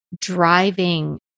driving